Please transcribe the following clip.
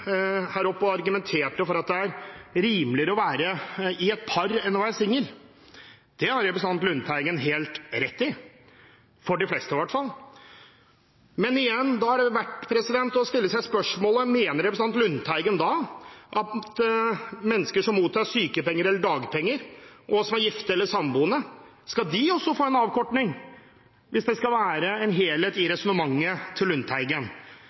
oppe og argumenterte for at det er rimeligere å være i et parforhold enn å være singel. Det har han rett i – når det gjelder de fleste i hvert fall. Men det er verdt å stille spørsmål om representanten Lundteigen da mener at mennesker som mottar sykepenger eller dagpenger, og som er gifte eller samboende, også skal få en avkortning – hvis det skal være helhet i Lundteigens resonnement. Hvis det er slik, håper jeg at representanten Lundteigen